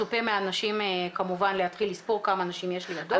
לא מצופה מאנשים כמובן להתחיל לספור כמה אנשים יש לידו.